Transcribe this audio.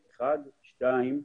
שניים,